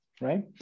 right